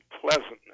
pleasantness